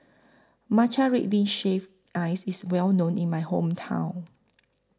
Matcha Red Bean Shaved Ice IS Well known in My Hometown